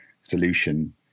solution